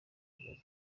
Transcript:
ibi